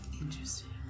Interesting